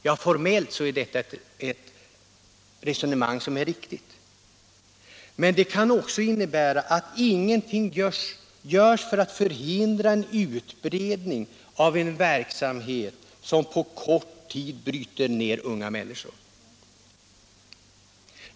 Ja, formellt är ett sådant resonemang riktigt, men det kan också innebära att ingenting göres för att förhindra en utbredning av en verksamhet som på kort tid bryter ned unga människor.